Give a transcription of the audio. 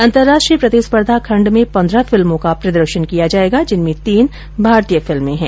अंतर्राष्ट्रीय प्रतिस्पर्धा खंड में पंद्रह फिल्मों का प्रदर्शन किया जाएगा जिनमें तीन भारतीय फिल्में हैं